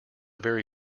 very